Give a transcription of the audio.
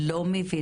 אני לא מבינה